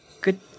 good